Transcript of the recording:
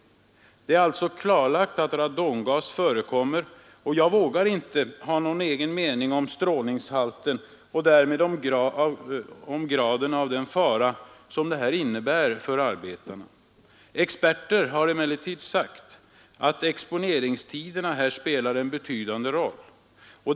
Det är alltså klarlagt att radongas förekommer. Jag vågar inte ha någon egen mening om strålningshalten och graden av fara som detta innebär för arbetarna. Experter har emellertid sagt att exponeringstiden spelar en betydande roll i sammanhanget.